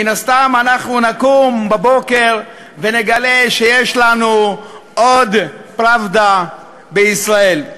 מן הסתם אנחנו נקום בבוקר ונגלה שיש לנו עוד "פראבדה" בישראל,